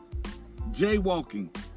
Jaywalking